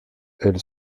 elle